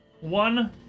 One